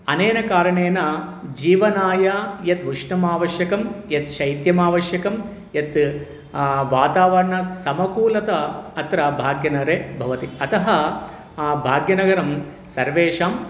अनेन कारणेन जीवनाय यद् उष्णम् आवश्यकं यद् शैत्यम् आवश्यकं यत् वातावरणं समकूलता अत्र भाग्यनगरे भवति अतः भाग्यनगरं सर्वेषाम्